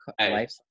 life